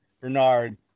Bernard